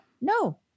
No